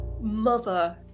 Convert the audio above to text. mother